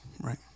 right